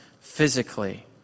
physically